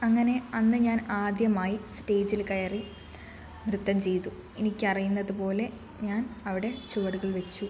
അങ്ങനെ അന്ന് ഞാൻ ആദ്യമായി സ്റ്റേജിൽ കയറി നൃത്തം ചെയ്തു എനിക്കറിയുന്നത് പോലെ ഞാൻ അവിടെ ചുവടുകൾ വെച്ചു